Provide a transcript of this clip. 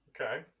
Okay